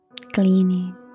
cleaning